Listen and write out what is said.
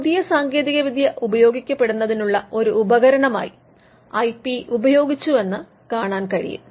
അതിനാൽ പുതിയ സാങ്കേതികവിദ്യ ഉപയോഗപ്പെടുത്തുന്നതിനുള്ള ഒരു ഉപകരണമായി ഐ പി ഉപയോഗിച്ചു എന്ന് കാണാൻ കഴിയും